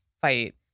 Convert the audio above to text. fight